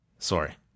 sorry